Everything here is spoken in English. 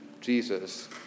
Jesus